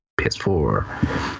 PS4